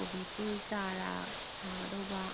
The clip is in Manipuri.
ꯀꯣꯕꯤ ꯐꯨꯜ ꯆꯥꯔ ꯊꯥꯒꯗꯧꯕ